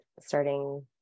starting